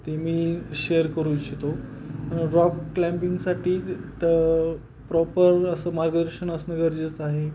ते मी शेअर करू इच्छितो रॉक क्लाइम्बिंगसाठी तर प्रॉपर असं मार्गदर्शन असणं गरजेचं आहे